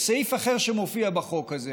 סעיף אחר שמופיע בחוק הזה